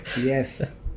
Yes